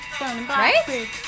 Right